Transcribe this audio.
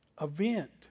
event